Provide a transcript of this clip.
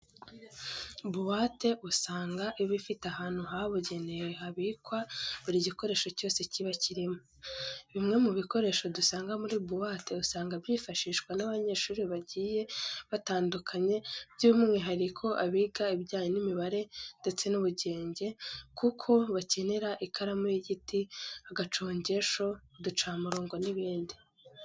Buwate usanga iba ifite ahantu habugenewe habikwa buri gikoresho cyose kiba kirimo. Bimwe mu bikoresho dusanga muri buwate usanga byifashishwa n'abanyeshuri bagiye batandukanye by'umwihariko abiga ibijyanye n'imibare ndetse n'ubugenge kuko bakenera ikaramu y'igiti, agacongesho, uducamurongo n'ibindi.